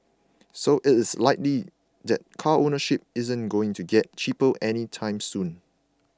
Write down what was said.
so it is likely that car ownership isn't going to get cheaper anytime soon